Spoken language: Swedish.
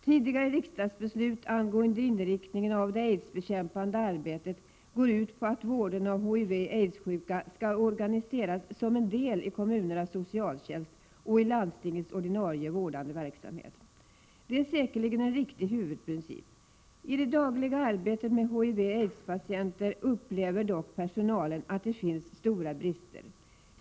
Tidigare riksdagsbeslut angående inriktningen av det aidsbekämpande arbetet går ut på att vården av HIV-smittade och aidssjuka skall organiseras som en del i kommunernas socialtjänst och landstingens ordinarie vårdande verksamhet. Det är säkerligen en riktig huvudprincip. I det dagliga arbetet med HIV och aidspatienter upplever dock personalen att det finns stora brister.